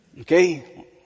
Okay